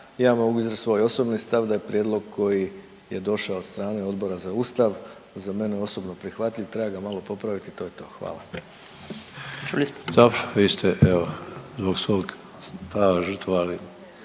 ja mogu iznijeti svoj osobni stav da je prijedlog koji je došao od strane Odbora za Ustav za mene osobno prihvatljiv, treba ga malo popraviti i to je to. Hvala.